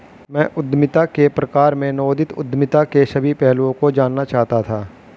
मैं उद्यमिता के प्रकार में नवोदित उद्यमिता के सभी पहलुओं को जानना चाहता था